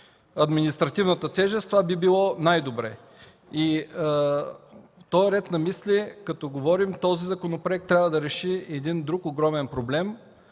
административната тежест, това би било най-добре. В този ред на мисли, като говорим, този законопроект трябва да реши един друг огромен проблем